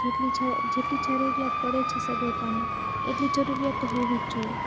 જેટલી જ જેટલી જરૂરીયાત પડે છે સગવડતાની એટલી જરૂરીયાત તો હોવી જ જોઈએ